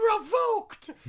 revoked